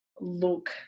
look